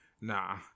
Nah